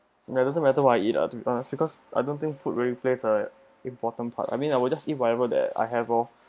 no it doesn't matter what I eat ah to be honest because I don't think food will replace a important part I mean I would just eat whatever that I have oh